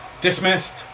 Dismissed